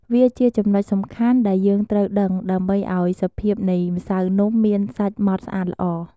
វាជាចំណុចសំខាន់ដែលយើងត្រូវដឹង ដើម្បីឱ្យសភាពនៃម្សៅនំមានសាច់ម៉ដ្ឋស្អាតល្អ។